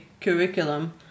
curriculum